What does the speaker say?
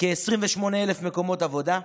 כ-28,000 מקומות עבודה,